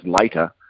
later